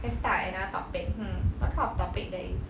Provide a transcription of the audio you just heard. let's start another topic hmm what kind of topic there is